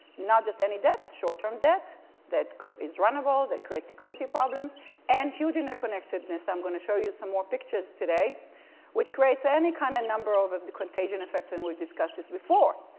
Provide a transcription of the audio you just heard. not just any debt short-term debt that is runnable, that creates liquidity problems and huge interconnectedness. i'm going to show you some more pictures today which creates any kind of number of of the contagion effects and we discussed this before.